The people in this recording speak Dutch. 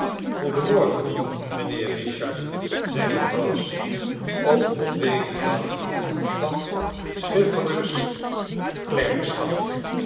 mijnheer richard i zeide brass op den tweeden dag van swiveller's